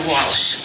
Walsh